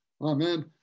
Amen